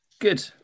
good